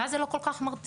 ולכן זה גם לא כל כך מרתיע.